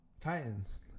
Titans